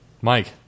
Mike